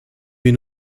wir